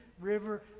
river